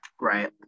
Right